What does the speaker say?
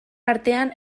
artean